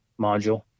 module